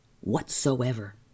whatsoever